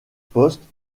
postes